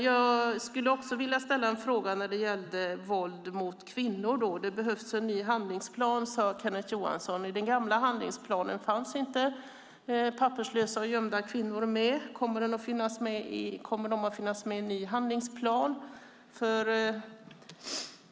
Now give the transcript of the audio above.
Jag skulle också vilja ställa en fråga om våld mot kvinnor. Det behövs en ny handlingsplan, sade Kenneth Johansson. I den gamla handlingsplanen fanns inte papperslösa och gömda kvinnor med. Kommer de att finnas med i en ny handlingsplan?